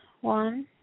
One